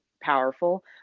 powerful